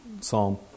Psalm